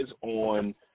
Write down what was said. on